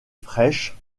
fraîches